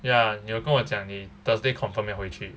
ya 你有跟我讲你 thursday confirm 要回去